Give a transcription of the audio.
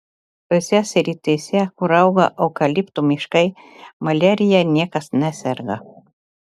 tose srityse kur auga eukaliptų miškai maliarija niekas neserga